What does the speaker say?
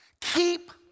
keep